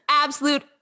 Absolute